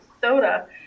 soda